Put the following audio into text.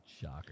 Shocker